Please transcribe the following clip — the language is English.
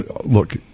look